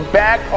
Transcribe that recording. back